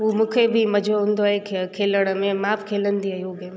हू मूंखे बि मज़ो ईंदो आहे खेलण में मां बि खेलंदी आहियां इहो गेम